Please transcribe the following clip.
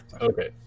Okay